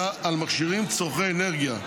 אלא על מכשירים צורכי אנרגיה,